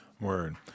Word